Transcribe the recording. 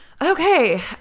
Okay